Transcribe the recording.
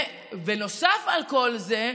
נוסף על כל זה,